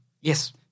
Yes